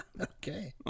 Okay